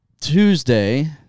Tuesday